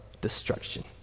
destruction